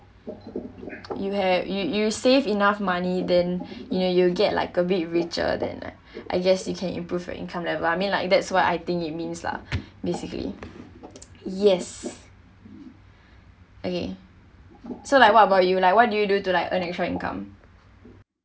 you have you you save enough money then you know you'll get like a bit richer than I guess you can improve your income level I mean like that's what I think it means lah basically yes okay so like what about you lah what do you do to like earn extra income